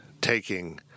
taking